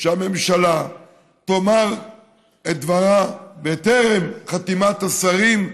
שהממשלה תאמר את דברה בטרם חתימת השרים,